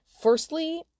Firstly